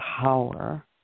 power